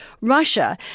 Russia